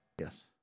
Yes